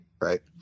right